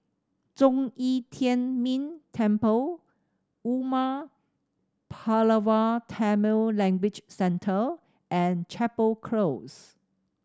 Zhong Yi Tian Ming Temple Umar Pulavar Tamil Language Centre and Chapel Close